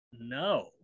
no